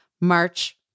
March